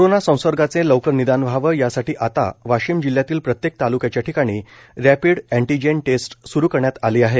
corona संसर्गाचे लवकर निदान व्हावे यासाठी आता वाशिम जिल्ह्यातील प्रत्येक तालुक्याच्या ठिकाणी रपिडअँटीजेन टेस्ट स्रू करण्यात आली आहे